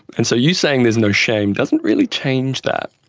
and so you saying there is no shame doesn't really change that.